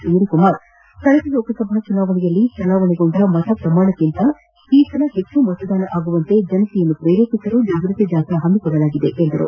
ಸುನೀಲ್ ಕುಮಾರ್ ಕಳೆದ ಲೋಕಸಭಾ ಚುನಾವಣೆಯಲ್ಲಿ ಚಲಾವಣೆಗೊಂಡ ಮತ ಪ್ರಮಾಣಕ್ಕಿಂತ ಈ ಬಾರಿ ಹೆಚ್ಚು ಮತದಾನ ಆಗುವಂತೆ ಜನರನ್ನು ಪ್ರೇರೇಪಿಸಲು ಜಾಗೃತಿ ಜಾಥಾ ಪಮ್ಮಿಕೊಳ್ಳಲಾಗಿದೆ ಎಂದು ತಿಳಿಸಿದರು